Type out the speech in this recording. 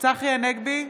צחי הנגבי,